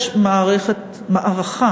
יש מערכה